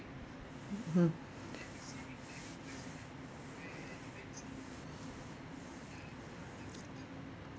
hmm